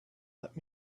let